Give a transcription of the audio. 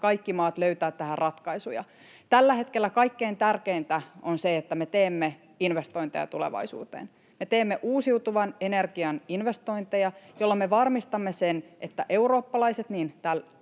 yhdessä löytää tähän ratkaisuja. Tällä hetkellä kaikkein tärkeintä on se, että me teemme investointeja tulevaisuuteen. Me teemme uusiutuvan energian investointeja, joilla me varmistamme sen, että eurooppalaiset kodit